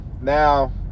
now